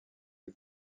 les